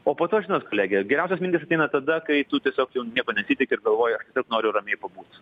o po to žinot koleg geriausios mintys ateina tada kai tu tiesiog nieko nesitiki ir galvoji aš tiesiog noriu ramiai pabūt